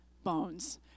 bones